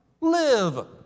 Live